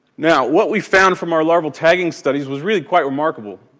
now, what we found from our larval tagging studies was really quite remarkable.